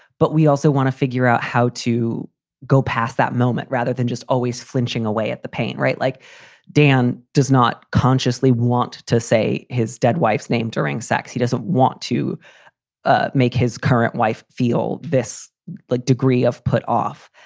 but we also want to figure out how to go past that moment rather than just always flinching away at the pain. right. like dan does not consciously want to say his dead wife's name during sex. he doesn't want to ah make his current wife feel this like degree of put off.